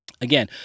again